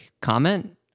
comment